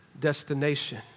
destination